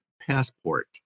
passport